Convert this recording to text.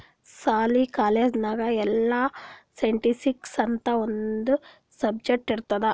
ಸಾಲಿ, ಕಾಲೇಜ್ ನಾಗ್ ಎಲ್ಲಾ ಸ್ಟ್ಯಾಟಿಸ್ಟಿಕ್ಸ್ ಅಂತ್ ಒಂದ್ ಸಬ್ಜೆಕ್ಟ್ ಇರ್ತುದ್